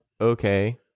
okay